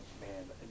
man